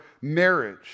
marriage